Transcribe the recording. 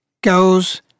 goes